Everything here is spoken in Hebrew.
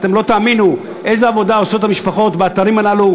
אתם לא תאמינו איזה עבודה עושות המשפחות באתרים הללו,